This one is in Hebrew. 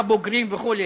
הבוגרים וכו',